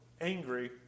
angry